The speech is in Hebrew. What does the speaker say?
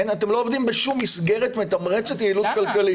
אתם לא עובדים בשום מסגרת מתמרצת יעילות כלכלית.